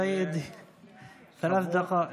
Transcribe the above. מה?